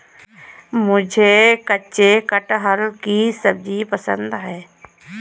मुझे कच्चे कटहल की सब्जी पसंद है